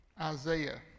Isaiah